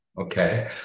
Okay